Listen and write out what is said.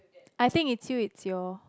I think it's you it's your